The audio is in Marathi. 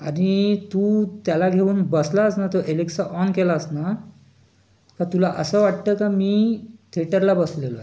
आणि तू त्याला घेऊन बसलास ना तर एलेक्सा ऑन केलास ना का तुला असं वाटतं का मी थेटरला बसलेलो आहे